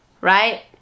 Right